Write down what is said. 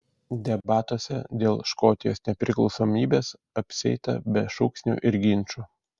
debatuose dėl škotijos nepriklausomybės neapsieita be šūksnių ir ginčų